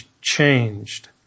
changed